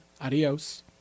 Adios